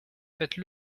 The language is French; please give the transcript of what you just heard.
faites